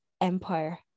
empire